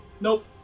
Nope